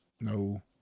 No